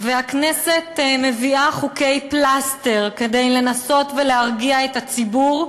והכנסת מביאה חוקי פלסטר כדי לנסות ולהרגיע את הציבור,